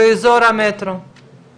היועצת המשפטית רצתה להתייחס.